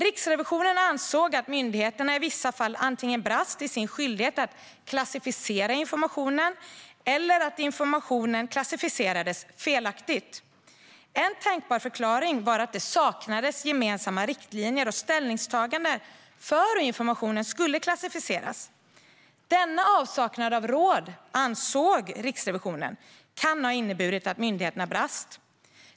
Riksrevisionen ansåg att myndigheterna i vissa fall antingen brast i sin skyldighet att klassificera informationen eller klassificerade informationen felaktigt. En tänkbar förklaring var att det saknades gemensamma riktlinjer och ställningstaganden för hur informationen skulle klassificeras. Riksrevisionen ansåg att denna avsaknad av råd kan ha inneburit att myndigheterna brast.